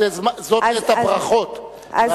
זאת עת הברכות.